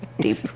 deep